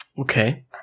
Okay